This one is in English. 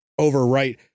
overwrite